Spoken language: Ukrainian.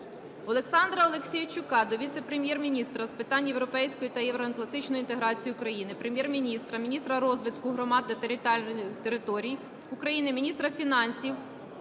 Олександра Аліксійчука до віце-прем'єр-міністра з питань європейської та євроатлантичної інтеграції України, Прем'єр-міністра, міністра розвитку громад та територій України, міністра фінансів,